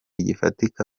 gifatika